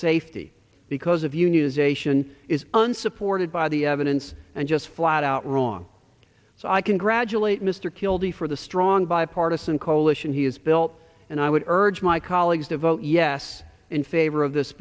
safety because of you news ation is unsupported by the evidence and just flat out wrong so i congratulate mr keelty for the strong bipartisan coalition he has built and i would urge my colleagues to vote yes in favor of this